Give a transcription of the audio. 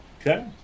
Okay